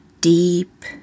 deep